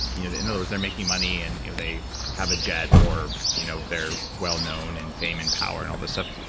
you know in other words they're making money and you know they have a jet or you know they're well known in fame and power and all this stuff.